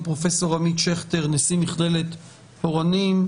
פרופסור עמית שכטר נשיא מכללת "אורנים",